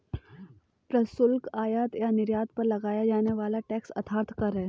प्रशुल्क, आयात या निर्यात पर लगाया जाने वाला टैक्स अर्थात कर है